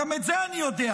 גם את זה אני יודע,